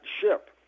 ship